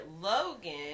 Logan